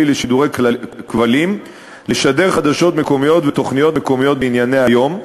לשידורי כבלים לשדר חדשות מקומיות ותוכניות מקומיות בענייני היום,